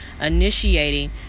initiating